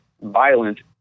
violent